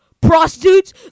prostitutes